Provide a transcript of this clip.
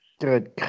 Good